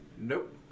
Nope